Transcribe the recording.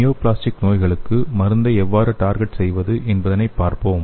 neoplastic நோய்களுக்கு மருந்தை எவ்வாறு டார்கெட் செய்வது என்பதைப் பார்ப்போம்